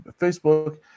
facebook